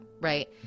right